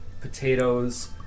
potatoes